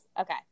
Okay